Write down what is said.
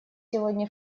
сегодня